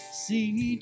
see